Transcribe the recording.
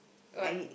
what